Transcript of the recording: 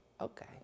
Okay